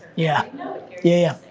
yeah, you know yeah,